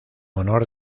honor